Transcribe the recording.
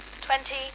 twenty